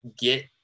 get